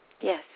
Yes